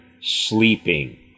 sleeping